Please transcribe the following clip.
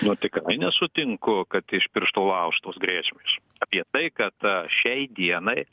nu tikrai nesutinku kad iš piršto laužtos grėsmės apie tai kad šiai dienai